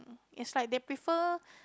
is like they prefer